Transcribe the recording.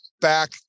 back